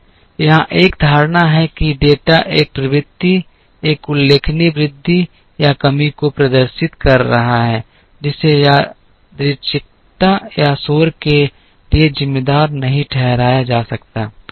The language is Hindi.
यहाँ एक धारणा है कि डेटा एक प्रवृत्ति एक उल्लेखनीय वृद्धि या कमी को प्रदर्शित कर रहा है जिसे यादृच्छिकता या शोर के लिए जिम्मेदार नहीं ठहराया जा सकता है